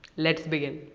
let's begin.